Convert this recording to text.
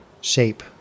shape